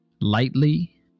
lightly